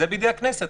זה בידי הכנסת.